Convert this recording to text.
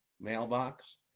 mailbox